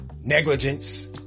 negligence